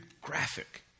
graphic